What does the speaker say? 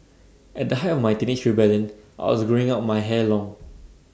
at the height of my teenage rebellion I was growing out my hair long